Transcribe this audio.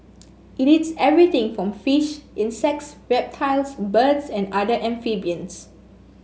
it eats everything from fish insects reptiles birds and other amphibians